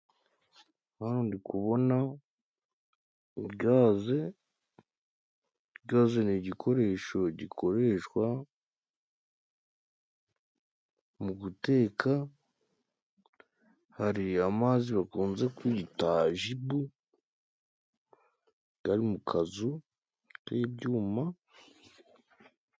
Hano ndi kubona gaze. Gaze ni igikoresho gikoreshwa muguteka, hari amazi bakunze kwita jibu gari mu kazu k'ibyuma.